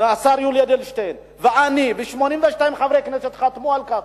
השר יולי אדלשטיין ואני ו-82 חברי כנסת שחתמו על כך,